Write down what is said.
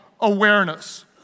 awareness